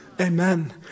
Amen